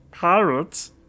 Pirates